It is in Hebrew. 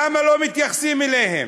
למה לא מתייחסים אליהם?